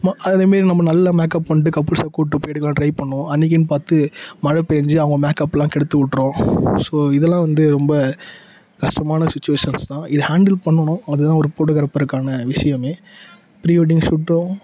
ம அதே மாரி நம்ம நல்லா மேக்அப் பண்ணிட்டு கப்புள்ஸை கூட்டு போய் எடுக்கலாம்னு ட்ரை பண்ணுவோம் அன்னைக்கின்னு பார்த்து மழை பேய்ஞ்சி அவங்க மேக்அப்லாம் கெடுத்து விட்ரும் ஸோ இதுலாம் வந்து ரொம்ப கஷ்டமான சிச்சுவேஷன்ஸ் தான் இதை ஹேண்டில் பண்ணணும் அது தான் ஒரு போட்டோகிராபருக்கான விஷயமே ப்ரீ வெட்டிங்கு ஷூட்டும்